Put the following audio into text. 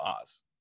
Oz